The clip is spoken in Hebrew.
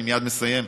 אני מייד מסיים,